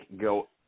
go